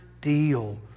deal